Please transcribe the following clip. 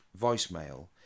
voicemail